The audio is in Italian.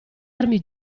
armi